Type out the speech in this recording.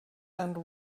and